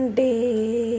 day